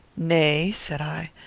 nay, said i,